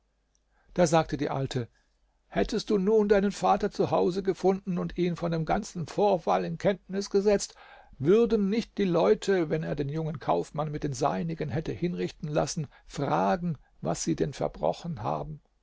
da sagte die alte hättest du nun deinen vater zu hause gefunden und ihn von dem ganzen vorfall in kenntnis gesetzt würden nicht die leute wenn er den jungen kaufmann mit den seinigen hätte hinrichten lassen fragen was sie denn verbrochen haben